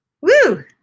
Woo